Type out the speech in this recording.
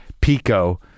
pico